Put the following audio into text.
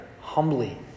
humbly